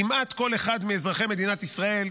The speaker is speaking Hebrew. כמעט כל אחד מאזרחי מדינת ישראל,